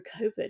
COVID